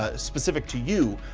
ah specific to you,